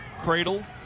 Cradle